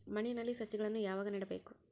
ಮಣ್ಣಿನಲ್ಲಿ ಸಸಿಗಳನ್ನು ಯಾವಾಗ ನೆಡಬೇಕು?